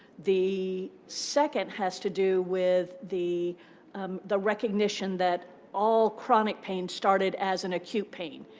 the second has to do with the um the recognition that all chronic pain started as an acute pain.